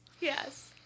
Yes